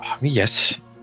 Yes